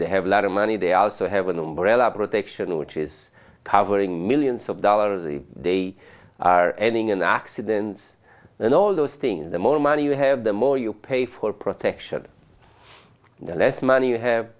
they have a lot of money they also have an umbrella protection which is covering millions of dollars they are ending in accidents and all those things the more money you have the more you pay for protection the less money you have